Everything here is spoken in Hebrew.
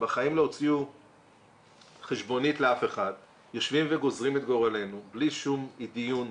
שבחיים לא הוציאו חשבונית לאף אחד וגוזרים את גורלנו בלי שום דיון,